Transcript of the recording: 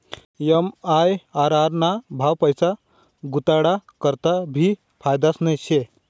MIRR ना भाव पैसा गुताडा करता भी फायदाना शे